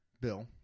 Bill